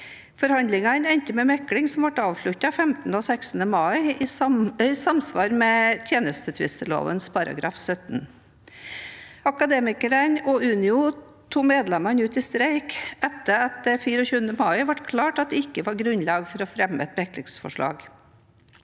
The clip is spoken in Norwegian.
Forhandlingene endte med mekling, som ble avsluttet 15. og 16. mai i samsvar med tjenestetvistloven § 17. Akademikerne og Unio tok medlemmene ut i streik etter at det 24. mai ble klart at det ikke var grunnlag for å fremme et meklingsforslag.